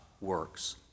works